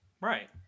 Right